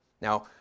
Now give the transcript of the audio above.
Now